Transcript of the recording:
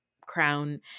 crown